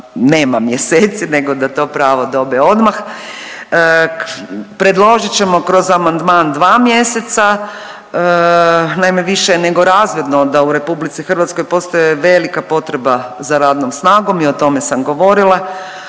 nema mjeseci nego da to pravo dobe odmah. Predložit ćemo kroz amandman dva mjeseca. Naime, više je nego razvidno da u Republici Hrvatskoj postoje velika potreba za radnom snagom i o tome sam govorila.